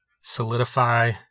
Solidify